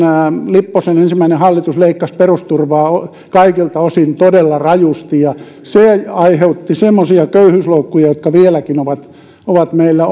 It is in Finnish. lipposen ensimmäinen hallitus leikkasi perusturvaa kaikilta osin todella rajusti ja se aiheutti semmoisia köyhyysloukkuja jotka vieläkin ovat ovat meillä